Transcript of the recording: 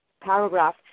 paragraph